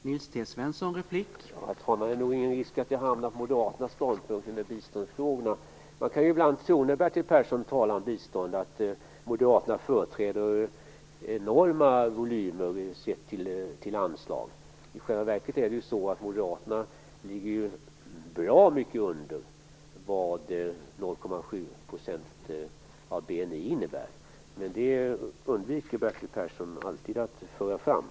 Herr talman! Det är nog ingen risk att jag intar moderaternas ståndpunkt i biståndsfrågorna. När Bertil Persson talar om bistånd kan man ibland tro att moderaterna företräder enorma volymer på anslagen. I själva verket ligger moderaterna långt under det som 0,7 % av BNI innebär, men det undviker Bertil Persson alltid att föra fram.